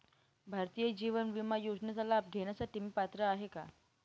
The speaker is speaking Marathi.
भारतीय जीवन विमा योजनेचा लाभ घेण्यासाठी मी पात्र आहे का?